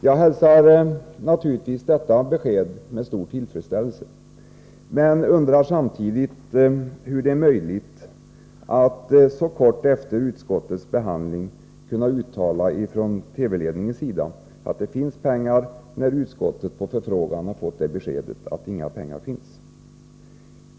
Jag hälsar naturligtvis detta besked med stor tillfredsställelse men undrar samtidigt hur det är möjligt för TV-ledningen att så kort tid efter utskottets behandling av frågan uttala att det finns pengar, när utskottet på förfrågan fått beskedet att inga pengar finns.